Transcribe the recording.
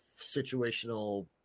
situational